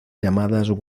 llamadas